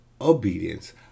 obedience